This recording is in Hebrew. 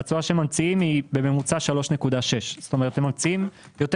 התשואה שממציאים היא בממוצע 3.6% כלומר הם ממציאים יותר